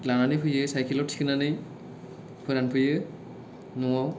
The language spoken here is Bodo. लानानै फैयो साइकेलाव थिखोनानै फोरानफैयो न'आव